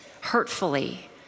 hurtfully